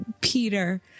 Peter